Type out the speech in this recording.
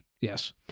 Yes